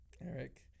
Eric